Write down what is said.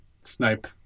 snipe